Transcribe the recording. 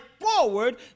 forward